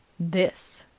this,